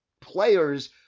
players